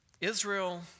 Israel